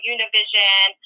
Univision